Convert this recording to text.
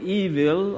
evil